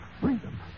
freedom